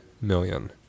million